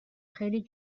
خیلی